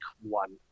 one